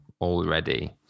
already